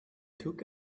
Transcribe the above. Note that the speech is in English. took